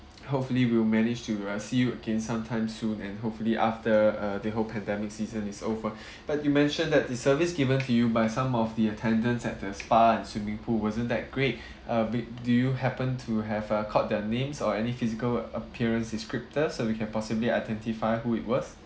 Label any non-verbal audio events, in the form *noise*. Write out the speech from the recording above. *noise* hopefully we'll manage to uh see you again sometime soon and hopefully after uh the whole pandemic season is over *breath* but you mentioned that the service given to you by some of the attendance at the spa and swimming pool wasn't that great *breath* uh a bit do you happen to have uh caught their names or any physical appearance descriptor so we can possibly identify who it was